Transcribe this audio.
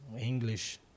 English